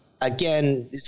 again